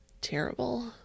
Terrible